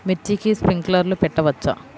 మిర్చికి స్ప్రింక్లర్లు పెట్టవచ్చా?